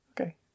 Okay